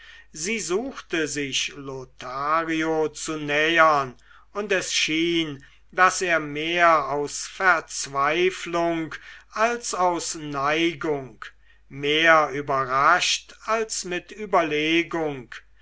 sie suchte sich lothario zu nähern und es schien daß er mehr aus verzweiflung als aus neigung mehr überrascht als mit überlegung